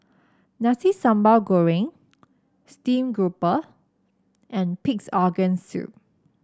Nasi Sambal Goreng Steamed Grouper and Pig's Organ Soup